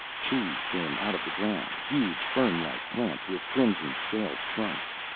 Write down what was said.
trees came out of the ground, huge fern-like plants with crimson scaled trunks.